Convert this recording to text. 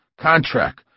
Contract